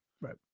Right